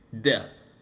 death